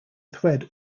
thread